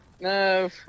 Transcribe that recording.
No